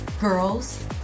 Girls